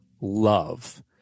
love